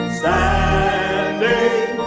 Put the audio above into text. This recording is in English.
standing